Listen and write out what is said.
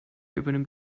übernimmt